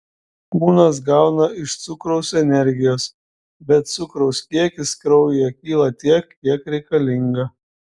kūnas gauna iš cukraus energijos bet cukraus kiekis kraujyje kyla tiek kiek reikalinga